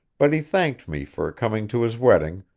but he thanked me for coming to his wedding,